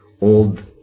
old